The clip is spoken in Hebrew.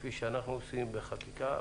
כפי שאנחנו עושים בחקיקה,